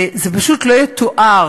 וזה פשוט לא יתואר,